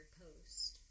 post